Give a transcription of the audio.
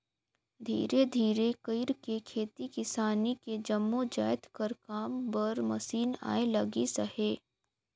धीरे धीरे कइरके खेती किसानी के जम्मो जाएत कर काम बर मसीन आए लगिस अहे